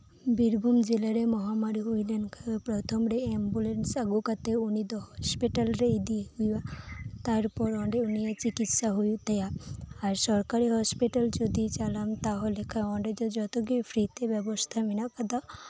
ᱵᱤᱨᱵᱷᱩᱢ ᱡᱮᱞᱟᱨᱮ ᱢᱚᱦᱟᱢᱟᱨᱤ ᱦᱩᱭᱞᱮᱱᱠᱷᱟᱱ ᱯᱚᱛᱷᱚᱢ ᱨᱮ ᱮᱢᱵᱩᱞᱮᱱᱥ ᱟᱹᱜᱩ ᱠᱟᱛᱮᱫ ᱩᱱᱤ ᱫᱚ ᱦᱚᱥᱯᱤᱴᱟᱞ ᱨᱮ ᱤᱫᱤ ᱦᱩᱭᱩᱜ ᱟ ᱛᱟᱨᱯᱚᱨ ᱚᱸᱰᱮ ᱩᱱᱤ ᱪᱤᱠᱤᱛᱥᱟ ᱦᱩᱭᱩᱜ ᱛᱟᱭᱟ ᱟᱨ ᱥᱚᱨᱠᱟᱨᱤ ᱦᱚᱥᱯᱤᱴᱟᱞ ᱡᱚᱫᱤᱭ ᱪᱟᱞᱟᱣᱮᱱ ᱛᱟᱦᱚᱞᱮ ᱠᱷᱟᱱ ᱚᱸᱰᱮ ᱫᱚ ᱡᱚᱛᱚᱜᱤ ᱯᱷᱨᱤᱛᱮ ᱵᱮᱵᱚᱥᱛᱟ ᱢᱮᱱᱟᱜ ᱟᱠᱟᱫᱟ